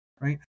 Right